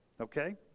Okay